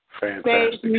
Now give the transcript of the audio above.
Fantastic